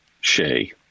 shay